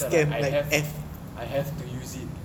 [sial] ah I have I have to use it